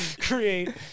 create